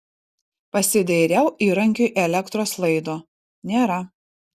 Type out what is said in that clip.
pasidairiau įrankiui elektros laido nėra